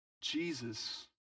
Jesus